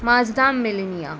Mazda Millenia